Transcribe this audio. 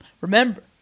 remember